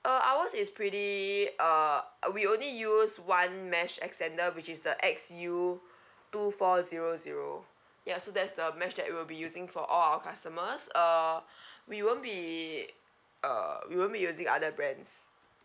uh ours is pretty uh we only use one mesh extender which is the X_U two four zero zero ya so that's the mesh that we'll be using for all our customers uh we won't be uh we won't be using other brands